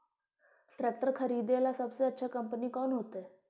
Tractor खरीदेला सबसे अच्छा कंपनी कौन होतई?